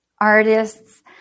artists